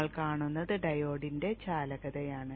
നമ്മൾ കാണുന്നത് ഡയോഡിന്റെ ചാലകതയാണ്